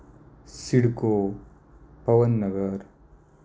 CIDCO Pawan Nagar